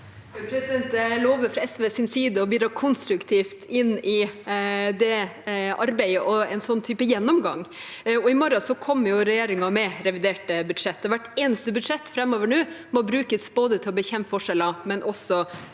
Jeg lover fra SVs side å bidra konstruktivt inn i det arbeidet og en slik type gjennomgang. I morgen kommer regjeringen med revidert budsjett, og hvert eneste budsjett framover må brukes til å bekjempe både forskjeller og